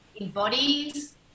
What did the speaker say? embodies